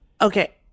Okay